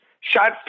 shot